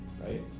right